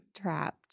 trapped